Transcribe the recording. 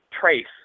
trace